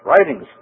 Writings